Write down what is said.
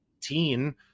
teen